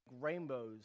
rainbows